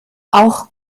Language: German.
auch